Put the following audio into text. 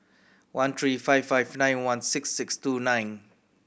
one three five five nine one six six two nine